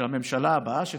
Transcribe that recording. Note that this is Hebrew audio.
שהממשלה הבאה שתקום,